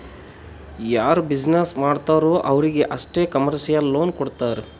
ಯಾರು ಬಿಸಿನ್ನೆಸ್ ಮಾಡ್ತಾರ್ ಅವ್ರಿಗ ಅಷ್ಟೇ ಕಮರ್ಶಿಯಲ್ ಲೋನ್ ಕೊಡ್ತಾರ್